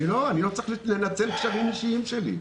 אני לא צריך לנצל קשרים אישיים שלי.